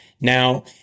Now